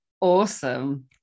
Awesome